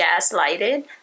gaslighted